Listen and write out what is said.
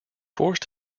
forced